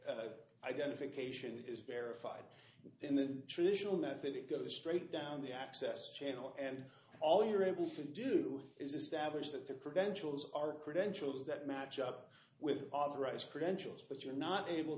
which identification is verified in the traditional method it goes straight down the access channel and all you're able to do is establish that the credentials are credentials that match up with authorized credentials but you're not able